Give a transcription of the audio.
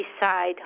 decide